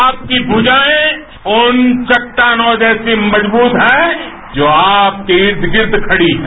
आपकी भुजाएं उन चट्टानों जैसी मजबूत हैं जो आपके ईद गिर्द खड़ी हैं